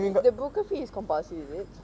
the broker fee is compulsory is it